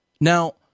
Now